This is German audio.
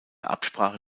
absprache